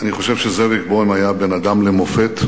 אני חושב שזאביק בוים היה בן-אדם למופת,